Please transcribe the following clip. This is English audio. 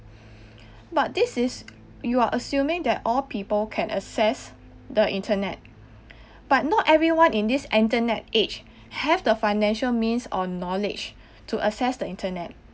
but this is you are assuming that all people can access the internet but not everyone in this internet age have the financial means or knowledge to access the internet